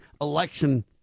election